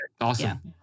Awesome